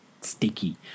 sticky